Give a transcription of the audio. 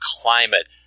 climate